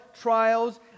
trials